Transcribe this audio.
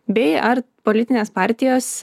bei ar politinės partijos